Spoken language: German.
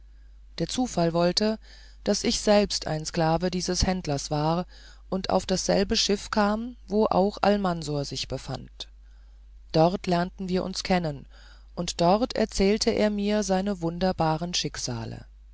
der zufall wollte daß ich selbst ein sklave dieses händlers war und auf dasselbe schiff kam wo auch almansor sich befand dort lernten wir uns kennen und dort erzählte er mir seine wunderbaren schicksale